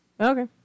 Okay